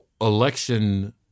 election